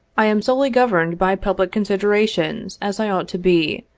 i am solely governed by public considerations, as i ought to be,